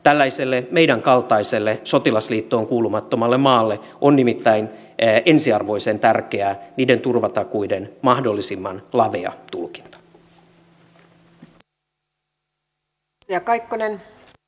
tällaiselle meidän kaltaiselle sotilasliittoon kuulumattomalle maalle on nimittäin ensiarvoisen tärkeää niiden turvatakuiden mahdollisimman lavea tulkinta